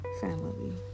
family